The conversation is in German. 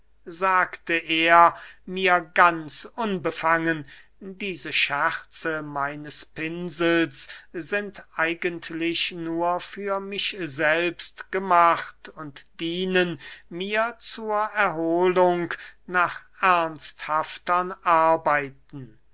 sagte er mir ganz unbefangen diese scherze meines pinsels sind eigentlich nur für mich selbst gemacht und dienen mir zur erhohlung nach ernsthaftern arbeiten